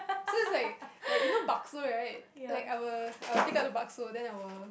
so is like like you know bakso right like I will I will take out the bakso then I will